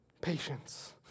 Patience